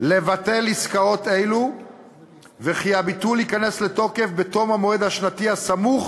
לבטל עסקאות אלו וכי הביטול ייכנס לתוקף בתום המועד השנתי הסמוך